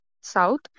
South